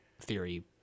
theory